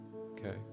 Okay